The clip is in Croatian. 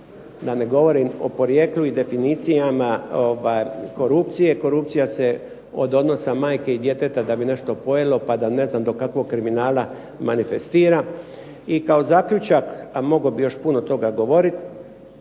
Da ne govorim o porijeklu i definiciji korupcije. Korupcija se od odnosa majke i djeteta da bi nešto pojelo, pa da ne znam do kakvog kriminala manifestira. I kao zaključak, a mogao bi još puno toga govoriti,